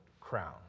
crown